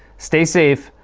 stay safe,